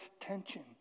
tension